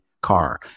Car